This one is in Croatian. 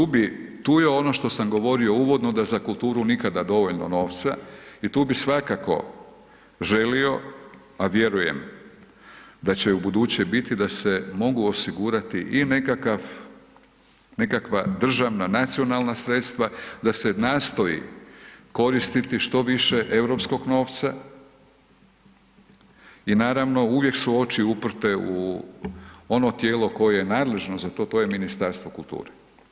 Tu bi, tu je ono što sam govorio uvodno da za kulturu nikada dovoljno novca i tu bi svakako želio, a vjerujem da će ubuduće biti da se mogu osigurati i nekakav, nekakva državna, nacionalna sredstva, da se nastoji koristiti što više europskog novca i naravno uvijek su oči uprte u ono tijelo koje je nadležno za to, to je Ministarstvo kulture.